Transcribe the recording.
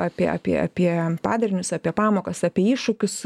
apie apie apie padarinius apie pamokas apie iššūkius